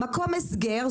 מקום הסגר,